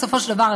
בסופו של דבר,